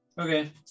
Okay